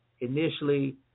initially